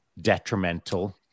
detrimental